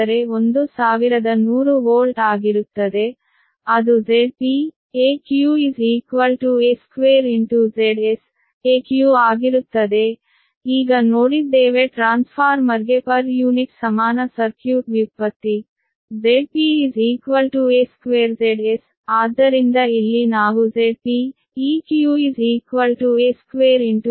1 KV ಅಂದರೆ 1100 volt ಆಗಿರುತ್ತದೆ ಅದು Zpeq a2Zseq ಆಗಿರುತ್ತದೆ ಈಗ ನೋಡಿದ್ದೇವೆ ಟ್ರಾನ್ಸ್ಫಾರ್ಮರ್ಗೆ ಪರ್ ಯೂನಿಟ್ ಸಮಾನ ಸರ್ಕ್ಯೂಟ್ ವ್ಯುತ್ಪತ್ತಿ Zp a2Zs ಆದ್ದರಿಂದ ಇಲ್ಲಿ ನಾವು Zpeq a2 Zseq ಎಂದು ಬರೆಯುತ್ತಿದ್ದೇವೆ